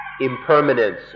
impermanence